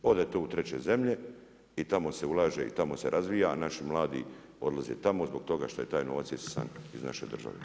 Ode to u treće zemlje i tamo se ulaže, tamo se razvija, a naši mladi odlaze tamo zbog toga što je taj novac isisan iz naše države.